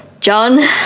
John